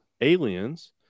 aliens